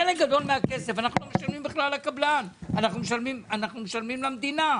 חלק גדול מהכסף אנחנו לא משלמים בכלל לקבלן אנחנו משלמים למדינה.